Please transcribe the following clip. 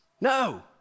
No